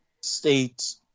States